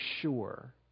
sure